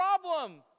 problem